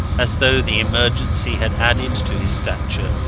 as though the emergency had added to his stature,